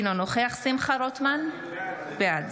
אינו נוכח שמחה רוטמן, בעד